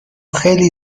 خیلی